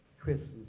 Christmas